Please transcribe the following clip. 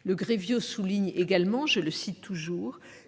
» Il souligne également